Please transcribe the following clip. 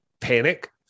panic